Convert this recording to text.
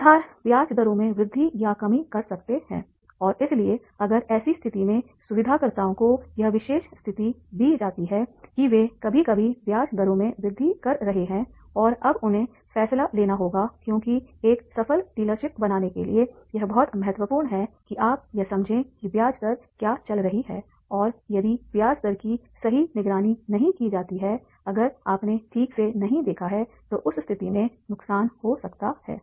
सूत्रधार ब्याज दरों में वृद्धि या कमी कर सकते हैं और इसलिए अगर ऐसी स्थिति में सुविधाकर्ताओं को यह विशेष स्थिति दी जाती है कि वे कभी कभी ब्याज दरों में वृद्धि कर रहे हैं और अब उन्हें फैसला लेना होगा क्योंकि एक सफल डीलरशिप बनाने के लिए यह बहुत महत्वपूर्ण है कि आप यह समझें कि ब्याज दर क्या चल रही है और यदि ब्याज दर की सही निगरानी नहीं की जाती हैअगर आपने ठीक से नहीं देखा है तो उस स्थिति में नुकसान हो सकता है